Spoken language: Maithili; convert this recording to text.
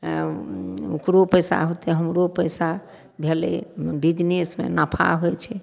ओकरो पइसा होतै हमरो पइसा भेलै बिजनेसमे नफा होइ छै